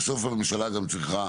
בסוף הממשלה גם צריכה